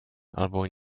albo